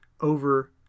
over